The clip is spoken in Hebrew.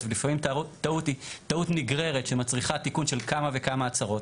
ולפעמים טעות היא טעות נגררת שמצריכה תיקון של כמה וכמה הצהרות,